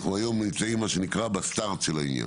אנחנו היום נמצאים ב-start של העניין.